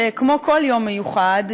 כמו כל יום מיוחד,